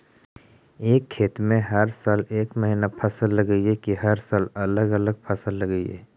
एक खेत में हर साल एक महिना फसल लगगियै कि हर साल अलग अलग फसल लगियै?